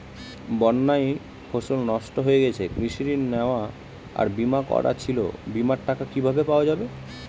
বন্যায় ফসল নষ্ট হয়ে গেছে কৃষি ঋণ নেওয়া আর বিমা করা ছিল বিমার টাকা কিভাবে পাওয়া যাবে?